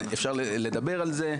אפשר לדבר על זה.